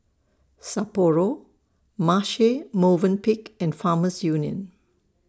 Sapporo Marche Movenpick and Farmers Union